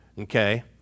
okay